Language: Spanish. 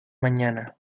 mañana